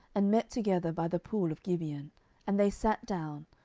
and met together by the pool of gibeon and they sat down,